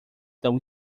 tão